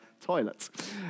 toilets